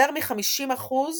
יותר מחמישים אחוז